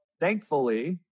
Thankfully